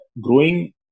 growing